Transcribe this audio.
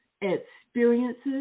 experiences